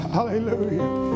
Hallelujah